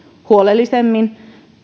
huolellisemmin